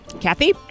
Kathy